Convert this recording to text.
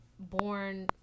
born